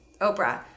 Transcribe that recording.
Oprah